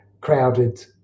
crowded